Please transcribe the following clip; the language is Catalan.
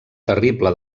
terrible